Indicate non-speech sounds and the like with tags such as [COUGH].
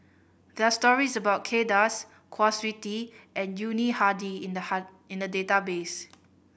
there are stories about Kay Das Kwa Siew Tee and Yuni Hadi in the [UNINTELLIGIBLE] in the database